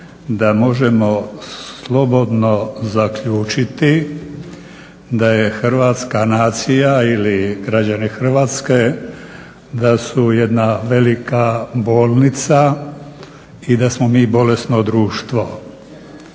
da možemo slobodno zaključiti da je Hrvatska nacija ili građani Hrvatske, da su jedna velika bolnica i da smo mi bolesno društvo,